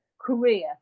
career